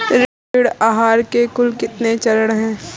ऋण आहार के कुल कितने चरण हैं?